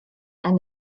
and